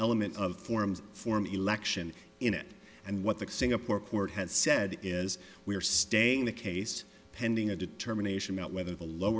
element of forms for an election in it and what the singapore court has said is we are staying the case pending a determination about whether the lowe